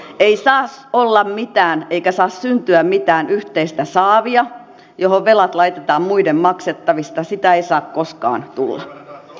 ei saa olla mitään eikä saa syntyä mitään yhteistä saavia johon velat laitetaan muiden maksettavaksi sitä ei saa koskaan tulla